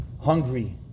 hungry